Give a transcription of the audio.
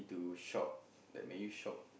to shock that made you shock